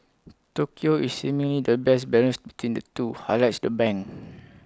Tokyo is seemingly the best balance between the two highlights the bank